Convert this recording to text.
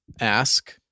ask